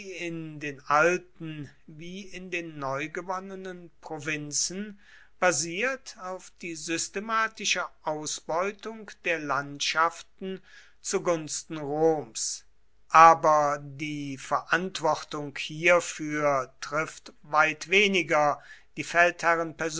in den alten wie in den neugewonnenen provinzen basiert auf die systematische ausbeutung der landschaften zu gunsten roms aber die verantwortung hierfür trifft weit weniger die feldherren